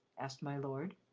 asked my lord.